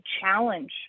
challenge